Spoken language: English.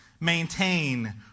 maintain